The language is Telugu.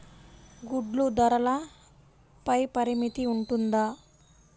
గుడ్లు ధరల పై పరిమితి ఉంటుందా?